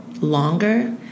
longer